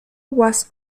was